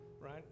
right